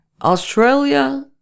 Australia